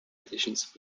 editions